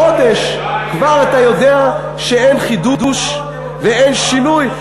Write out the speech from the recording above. חודש, כבר אתה יודע שאין חידוש ואין שינוי?